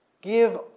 Give